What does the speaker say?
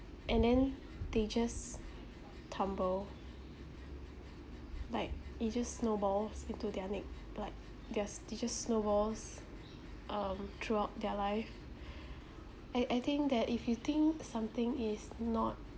and then they just tumble like it just snowballs into their nape like their stitches snowballs um throughout their life I I think that if you think something is not